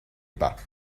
pas